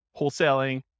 wholesaling